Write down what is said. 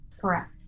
Correct